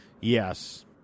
Yes